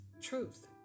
truth